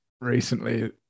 recently